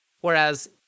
whereas